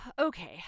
okay